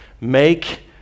Make